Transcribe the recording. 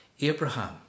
Abraham